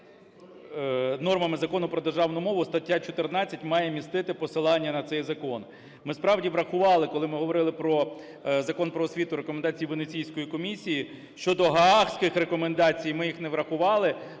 нормами Закону про державну мову, стаття 14 має містити посилання на цей закон. Ми справді врахували, коли ми говорили про Закон "Про освіту", рекомендації Венеційської комісії. Щодо гаазьких рекомендацій, ми їх не врахували,